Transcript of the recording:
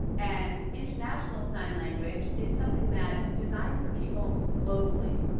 an international sign language is something that is designed for people globally,